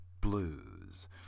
Blues